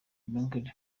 markle